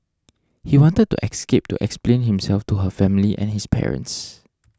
he wanted to escape to explain himself to her family and his parents